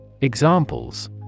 Examples